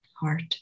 heart